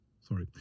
sorry